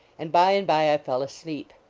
and, by and by, i fell asleep.